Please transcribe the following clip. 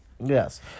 Yes